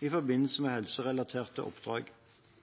i forbindelse med helserelaterte oppdrag.